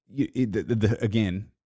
again